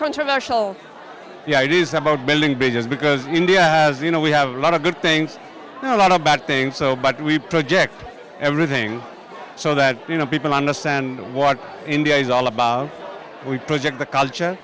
controversial yeah it is about building bridges because india as you know we have a lot of good things you know a lot of bad things so but we project everything so that you know people understand what india is all about we project the culture